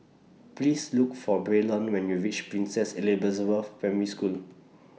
Please Look For Braylen when YOU REACH Princess Elizabeth Primary School